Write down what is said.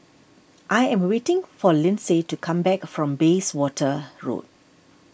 I am waiting for Lindsay to come back from Bayswater Road